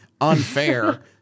unfair